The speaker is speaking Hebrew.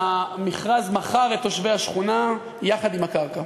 שהמכרז מכר את תושבי השכונה יחד עם הקרקע.